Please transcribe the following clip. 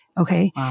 Okay